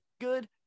good